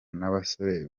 n’abasore